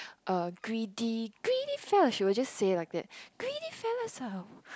uh greedy greedy fellow she were just say like that greedy fellows ah